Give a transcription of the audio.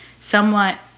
somewhat